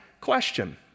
question